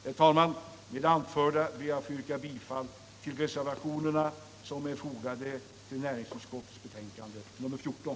Herr talman! Med det anförda ber jag att få yrka bifall till reservationerna som är fogade till näringsutskottets betänkande nr 14.